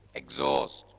exhaust